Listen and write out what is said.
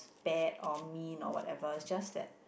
bad or mean or whatever just that